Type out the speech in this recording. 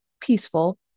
peaceful